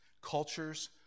Cultures